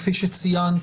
כפי שציינת,